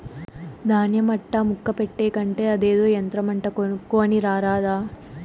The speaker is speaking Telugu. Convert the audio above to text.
దాన్య మట్టా ముక్క పెట్టే కంటే అదేదో యంత్రమంట కొనుక్కోని రారాదా